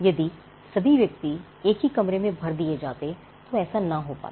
यदि सभी व्यक्ति एक ही कमरे में भर दिए जाते तो ऐसा ना हो पाता